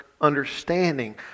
understanding